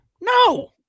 no